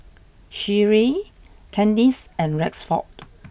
Sherree Candice and Rexford